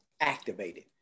activated